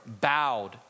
bowed